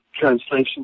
translation